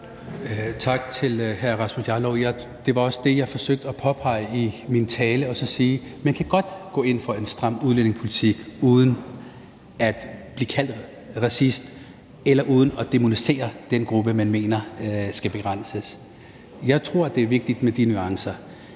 Tak til hr. Rasmus Jarlov. Det var også det, jeg forsøgte at påpege i min tale, nemlig at sige, at man godt kan gå ind for en stram udlændingepolitik uden at blive kaldt racist, eller uden at man dæmoniserer den gruppe, man mener skal begrænses. Jeg tror, at det er vigtigt med de nuancer.